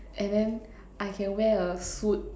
and then I can wear a suit